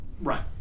Right